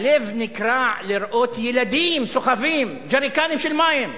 הלב נקרע לראות ילדים סוחבים ג'ריקנים של מים,